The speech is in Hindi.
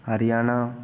हरियाणा